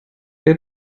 wer